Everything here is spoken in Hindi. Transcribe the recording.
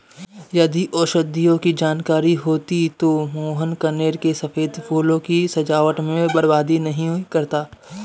यदि औषधियों की जानकारी होती तो मोहन कनेर के सफेद फूलों को सजावट में बर्बाद नहीं करता